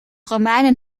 romeinen